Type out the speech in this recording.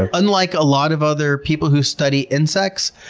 ah unlike a lot of other people who study insects,